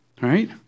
right